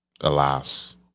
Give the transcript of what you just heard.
alas